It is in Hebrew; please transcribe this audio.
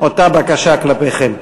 אותה בקשה כלפיכם.